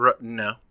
No